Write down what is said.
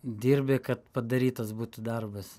dirbi kad padarytas būtų darbas